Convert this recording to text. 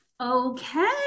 Okay